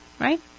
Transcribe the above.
right